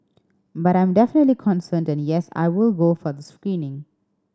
but I'm definitely concerned and yes I will go for the screening